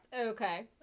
okay